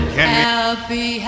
Happy